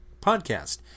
podcast